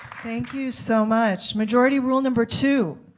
thank you so much. majority rule number two.